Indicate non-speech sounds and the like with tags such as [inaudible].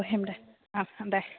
অঁ [unintelligible] দে অঁ দে